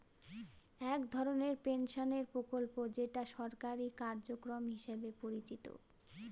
এক ধরনের পেনশনের প্রকল্প যেটা সরকারি কার্যক্রম হিসেবে পরিচিত